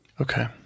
Okay